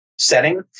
setting